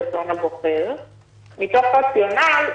הוראת התקנון היא טובה וחשובה,